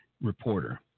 reporter